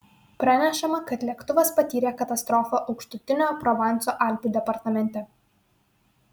pranešama kad lėktuvas patyrė katastrofą aukštutinio provanso alpių departamente